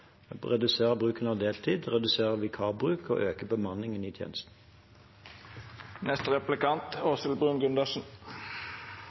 redusere bruken av deltid, redusere vikarbruken og øke bemanningen i